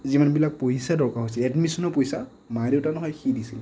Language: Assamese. যিমানবিলাক পইচাৰ দৰকাৰ হৈছিল এডমিচনৰ পইচা মা দেউতাই নহয় সি দিছিল